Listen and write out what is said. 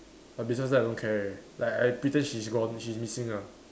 but besides that I don't care like I pretend she's gone she's missing ah